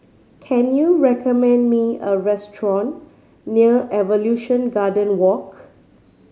can you recommend me a restaurant near Evolution Garden Walk